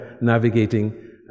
navigating